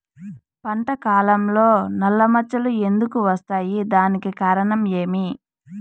పంట కాలంలో నల్ల మచ్చలు ఎందుకు వస్తాయి? దానికి కారణం ఏమి?